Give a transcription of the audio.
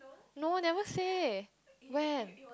no never say when